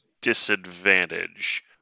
disadvantage